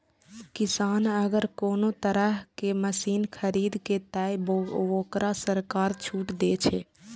किसान अगर कोनो तरह के मशीन खरीद ते तय वोकरा सरकार छूट दे छे?